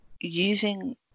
using